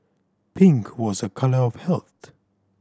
pink was a colour of health